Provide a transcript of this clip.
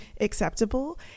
acceptable